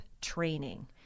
training